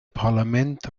parlament